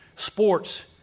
Sports